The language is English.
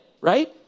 right